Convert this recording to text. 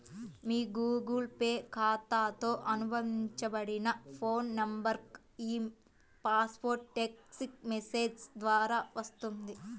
మీ Google Pay ఖాతాతో అనుబంధించబడిన phone నంబర్కు ఈ పాస్వర్డ్ టెక్ట్స్ మెసేజ్ ద్వారా వస్తుంది